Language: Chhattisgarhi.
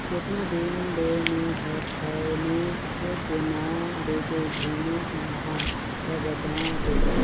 केतना दिन ले मे हर फायनेस के नाव लेके घूमें अहाँ का बतावं तोला